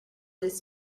this